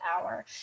hour